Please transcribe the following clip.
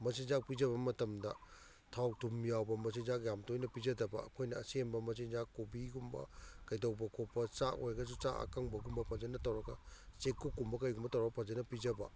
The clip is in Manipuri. ꯃꯆꯤꯟꯖꯥꯛ ꯄꯤꯖꯕ ꯃꯇꯝꯗ ꯊꯥꯎ ꯊꯨꯝ ꯌꯥꯎꯕ ꯃꯆꯤꯟꯖꯥꯛ ꯌꯥꯝ ꯇꯣꯏꯅ ꯄꯤꯖꯗꯕ ꯑꯩꯈꯣꯏꯅ ꯑꯁꯦꯝꯕ ꯃꯆꯤꯟꯖꯥꯛ ꯀꯣꯕꯤꯒꯨꯝꯕ ꯀꯩꯗꯧꯕ ꯈꯣꯠꯄ ꯆꯥꯛ ꯑꯣꯏꯔꯒꯁꯨ ꯆꯥꯛ ꯑꯀꯪꯕ ꯒꯨꯝꯕ ꯐꯖꯅ ꯇꯧꯔꯒ ꯆꯦꯡꯀꯨꯞ ꯀꯨꯝꯕ ꯀꯩꯒꯨꯝꯕ ꯇꯧꯔ ꯐꯖꯅ ꯄꯤꯖꯕ